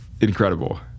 incredible